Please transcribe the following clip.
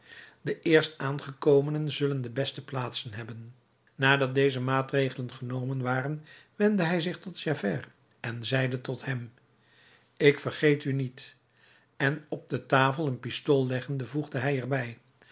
de eerst aangekomenen zullen de beste plaatsen hebben nadat deze maatregelen genomen waren wendde hij zich tot javert en zeide tot hem ik vergeet u niet en op de tafel een pistool leggende voegde hij er